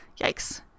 Yikes